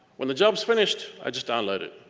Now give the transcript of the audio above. when the job's finished, i just download it.